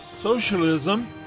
socialism